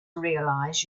realize